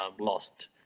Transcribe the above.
lost